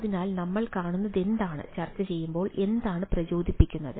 അതിനാൽ നമ്മൾ കാണുന്നതെന്താണ് ചർച്ചചെയ്യുമ്പോൾ എന്താണ് പ്രചോദിപ്പിക്കുന്നത്